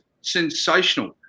sensational